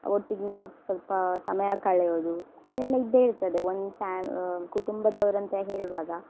ಒಟ್ಟಿಗೆ ನಾವು ಸ್ವಲ್ಪ ಸಮಯ ಕಳೆಯೋದು ಅದೆಲ್ಲ ಇದ್ದೇ ಇರ್ತದೆ ಒಂದು ಫ್ಯಾ ಕುಟುಂಬದವರಂತ ಹೇಳುವಾಗ